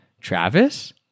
Travis